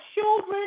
children